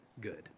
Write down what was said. good